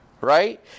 right